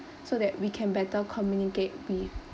so that we can better communicate with